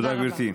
תודה רבה.